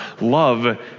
love